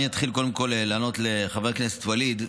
אני אתחיל קודם כול לענות לחבר הכנסת ואליד.